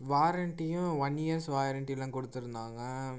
வாரன்டியும் one years வாரன்டிலாம் கொடுத்து இருந்தாங்கள்